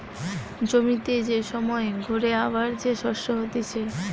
জমিতে যে সময় ঘুরে আবার যে শস্য হতিছে